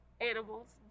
animals